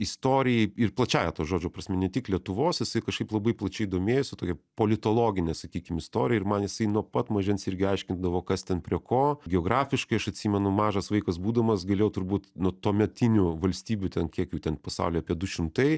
istorijai ir plačiąja to žodžio prasme ne tik lietuvos jisai kažkaip labai plačiai domėjosi tokia politologine sakykim istorija ir man jisai nuo pat mažens irgi aiškindavo kas ten prie ko geografiškai aš atsimenu mažas vaikas būdamas galėjau turbūt nuo tuometinių valstybių ten kiek jų ten pasaulyje apie du šimtai